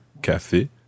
café